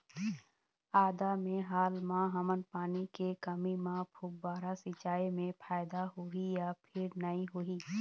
आदा मे हाल मा हमन पानी के कमी म फुब्बारा सिचाई मे फायदा होही या फिर नई होही?